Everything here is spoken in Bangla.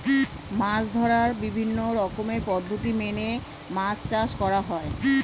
মাছ ধরার বিভিন্ন রকমের পদ্ধতি মেনে মাছ চাষ করা হয়